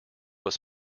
was